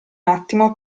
attimo